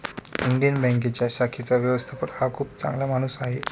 Indian बँकेच्या शाखेचा व्यवस्थापक हा खूप चांगला माणूस आहे